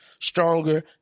stronger